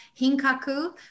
hinkaku